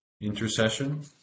intercession